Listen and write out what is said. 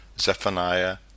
Zephaniah